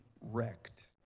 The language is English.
wrecked